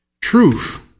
Truth